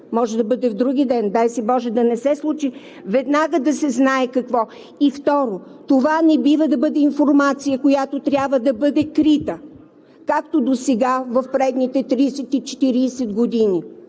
може да бъде вдругиден, не дай си Боже да се случи, веднага да се знае какво. И, второ, това не бива да бъде информация, която трябва да бъде крита, както досега в предните 30 – 40 години,